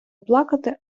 плакати